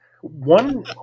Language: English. one